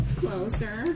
closer